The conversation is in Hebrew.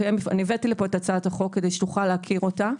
הבאתי לפה את הצעת החוק על מנת שתוכל להכיר אותה.